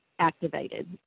activated